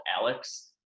Alex